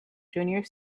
junior